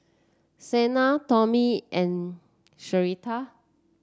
Sanai Tommy and Sharita